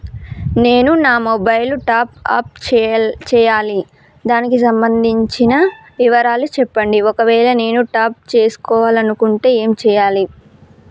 నేను నా mobile top up చేయాలి దానికి సంబంధించిన వివరాలు చెప్పండి ఒకవేళ నేను టాప్ చేసుకోవాలనుకుంటే ఏం చేయాలి?